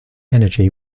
energy